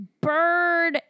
bird